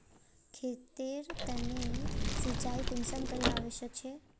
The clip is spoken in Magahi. खेतेर तने सिंचाई कुंसम करे आवश्यक छै?